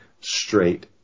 straight